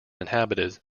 inhabited